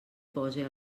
pose